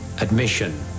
Admission